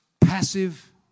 passive